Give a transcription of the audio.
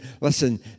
listen